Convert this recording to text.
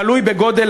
תלוי בגודל